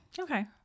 okay